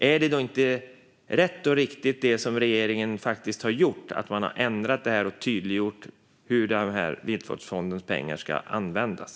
Är inte det som regeringen faktiskt har gjort det som är rätt och riktigt, det vill säga att man har ändrat och tydliggjort hur Viltvårdsfondens pengar ska användas?